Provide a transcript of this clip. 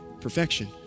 perfection